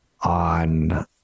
on